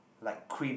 like cream